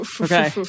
Okay